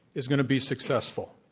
is going to be successful.